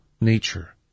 nature